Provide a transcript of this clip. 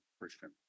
Christian